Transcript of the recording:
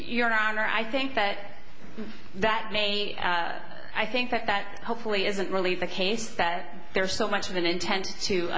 your honor i think that that made i think that that hopefully isn't really the case that there's so much of an intent to